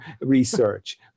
Research